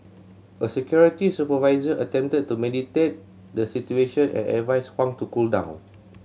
a security supervisor attempted to mediate the situation and advised Huang to cool down